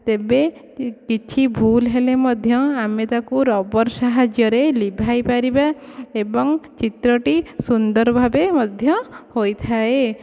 ତେବେ କିଛି ଭୁଲ ହେଲେ ମଧ୍ୟ ଆମେ ତାକୁ ରବର୍ ସାହାଯ୍ୟରେ ଲିଭାଇ ପାରିବା ଏବଂ ଚିତ୍ରଟି ସୁନ୍ଦର ଭାବେ ମଧ୍ୟ ହୋଇଥାଏ